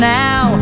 now